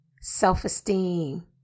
self-esteem